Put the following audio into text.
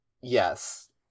Yes